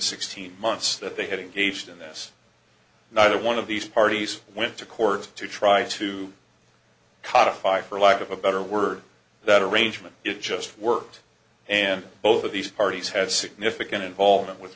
sixteen months that they had engaged in this neither one of these parties went to court to try to codified for lack of a better word that arrangement it just worked and both of these parties had significant involvement with